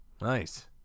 Nice